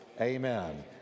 Amen